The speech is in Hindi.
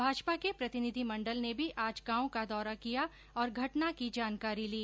भाजपा के प्रतिनिधिमंडल ने भी आज गांव का दौरा किया और घटना की जानकारी ली